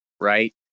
right